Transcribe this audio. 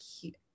cute